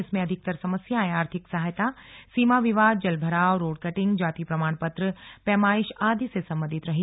इसमें अधिकतर समस्याएं आर्थिक सहायता सीमा विवादजल भरावरोड कटिंगजाति प्रमाण पत्र पैमाइश आदि से संबंधित रही